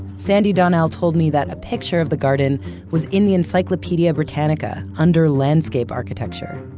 sandy donnell told me that a picture of the garden was in the encyclopedia britannica, under landscape architecture.